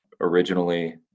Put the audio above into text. originally